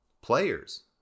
players